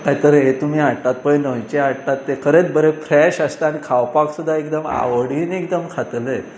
कायतरी हे तुमी हाडटात पळय न्हंयचें हाडटात ते खरेंच बरें फ्रेश आसता आनी खावपाक सुद्दा एकदम आवडीन एकदम खातले